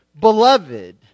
beloved